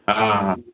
ହଁ ହଁ